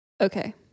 Okay